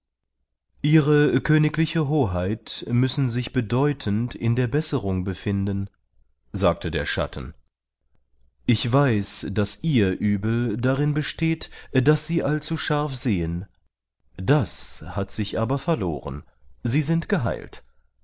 ihre königliche hoheit müssen sich bedeutend in der besserung befinden sagte der schatten ich weiß daß ihr übel darin besteht daß sie allzu scharf sehen das hat sich aber verloren sie sind geheilt